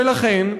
ולכן,